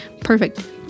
perfect